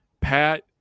Pat